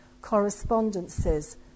correspondences